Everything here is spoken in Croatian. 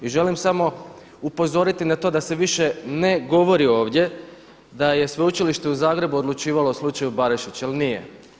I želim samo upozoriti na to da se više ne govori ovdje da je Sveučilište u Zagrebu odlučivalo o slučaju Barišić jer nije.